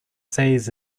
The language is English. says